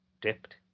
dipped